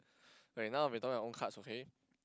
okay we'll be talking about own cards okay